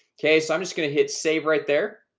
okay, so i'm just gonna hit save right there